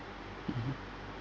mmhmm